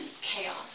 chaos